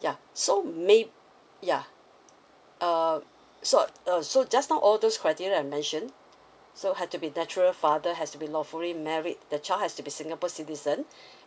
ya so may~ ya uh so uh so just now all those criteria I mentioned so has to be natural father has to be lawfully married the child has to be singapore citizen